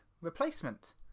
replacement